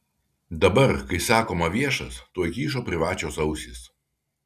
dabar kai sakoma viešas tuoj kyšo privačios ausys